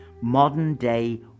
modern-day